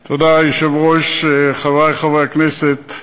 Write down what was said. תודה, היושב-ראש, חברי חברי הכנסת,